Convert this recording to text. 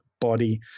body